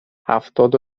هفتاد